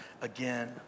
again